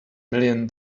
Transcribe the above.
million